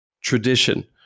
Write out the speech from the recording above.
tradition